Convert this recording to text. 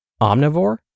omnivore